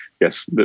yes